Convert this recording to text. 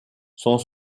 sont